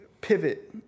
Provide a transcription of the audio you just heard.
pivot